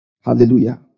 Hallelujah